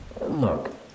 Look